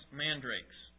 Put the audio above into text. mandrakes